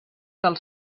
del